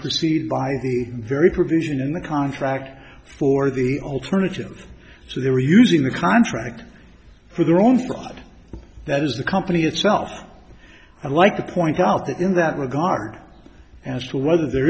proceed by the very provision in the contract for the alternative so they were using the contract for their own fraud that is the company itself i like to point out that in that regard as to whether there